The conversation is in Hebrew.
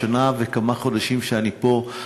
בשנה וכמה חודשים שאני פה,